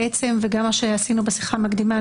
וגם מה שעשינו בשיחה המקדימה,